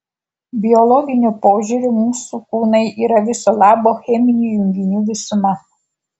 biologiniu požiūriu mūsų kūnai yra viso labo cheminių junginių visuma